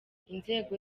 inzego